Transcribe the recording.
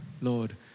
Lord